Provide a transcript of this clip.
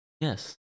Yes